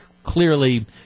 Clearly